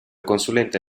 consulente